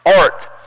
art